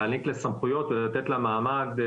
להעניק לה סמכויות ולתת לה מעמד.